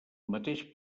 mateix